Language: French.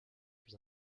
plus